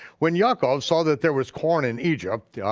when yaakov saw that there was corn in egypt,